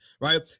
right